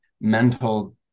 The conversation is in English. mental